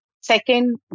Second